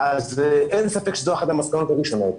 אין ספק שזו אחת המסקנות הראשונות.